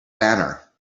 banner